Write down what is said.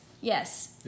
yes